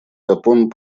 габон